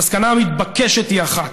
המסקנה המתבקשת היא אחת: